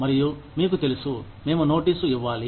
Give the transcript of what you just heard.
మరియు మీకు తెలుసు మేము నోటీసు ఇవ్వాలి